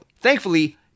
Thankfully